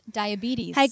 diabetes